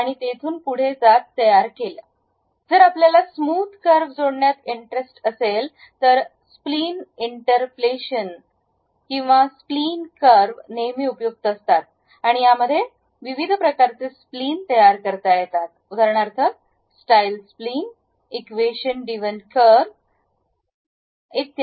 जर एखाद्याला smooth curve जोडण्यात रस असेल तर स्प्लिन इंटरप्लेशन किंवा स्प्लिन कर्व नेहमी उपयुक्त असतात आणि त्यामध्ये विविध प्रकारचे स्प्लिन तयार करता येतात उदाहरणार्थ style spline equation driven curve